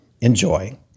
Enjoy